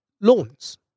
loans